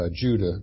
Judah